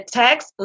text